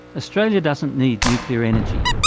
australia doesn't need nuclear energy.